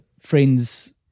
friends